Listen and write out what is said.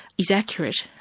is accurate.